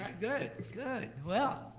good, good. well,